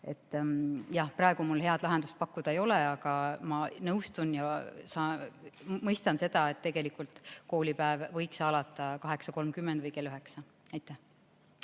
Jah, praegu mul head lahendust pakkuda ei ole, aga ma nõustun ja mõistan, et tegelikult võiks koolipäev alata kell 8.30 või kell 9. Aitäh!